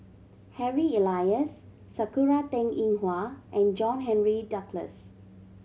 Harry Elias Sakura Teng Ying Hua and John Henry Duclos